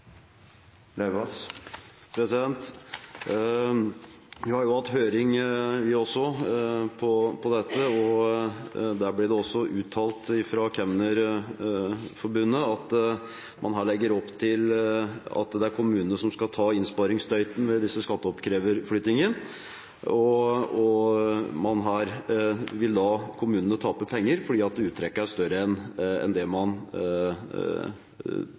Lauvås – til oppfølgingsspørsmål. Vi har også hatt høring om dette. Der ble det uttalt fra Kemnerforbundet at man her legger opp til at det er kommunene som skal ta innsparingsstøyten ved disse skatteoppkreverflyttingene, og at kommunene da vil tape penger fordi uttrekket er større enn det man